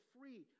free